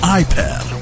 iPad